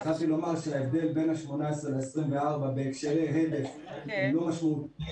התחלתי לומר שההבדל בין ה-18 ל-24 בהקשרי הדף הוא לא משמעותי